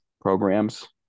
programs